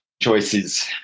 choices